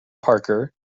parker